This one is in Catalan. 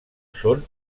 són